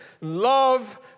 love